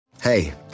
Hey